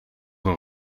een